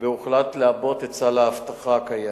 והוחלט לעבות את סל האבטחה הקיים.